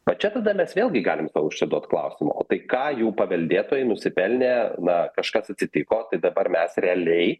va čia tada mes vėlgi galim užsiduot klausimą o tai ką jų paveldėtojai nusipelnė na kažkas atsitiko tai dabar mes realiai